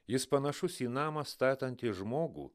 jis panašus į namą statantį žmogų